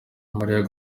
mario